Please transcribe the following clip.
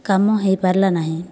କାମ ହୋଇପାରିଲା ନାହିଁ